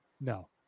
no